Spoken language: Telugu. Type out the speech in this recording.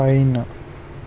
పైన్